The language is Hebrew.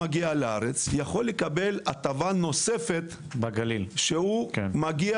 עולה שמגיע לארץ יוכל לקבל הטבה נוספת כשהוא יגיע